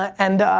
and ah,